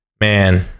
man